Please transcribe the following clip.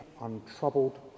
untroubled